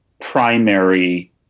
primary